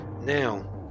Now